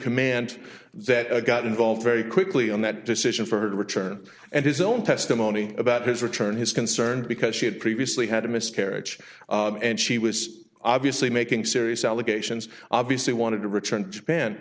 command that a got involved very quickly on that decision for her to return and his own testimony about his return his concern because she had previously had a miscarriage and she was obviously making serious allegations obviously wanted to return japan